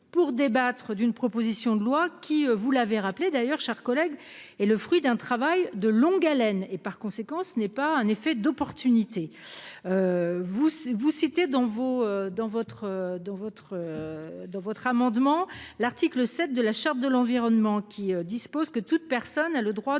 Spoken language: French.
pour débattre d'une proposition de loi qui vous l'avez rappelé d'ailleurs chers collègues est le fruit d'un travail de longue haleine et par conséquent ce n'est pas un effet d'opportunités. Vous, vous citez dans vos dans votre, dans votre. Dans votre amendement. L'article 7 de la charte de l'environnement, qui dispose que toute personne a le droit de